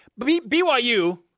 BYU